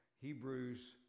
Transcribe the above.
Hebrews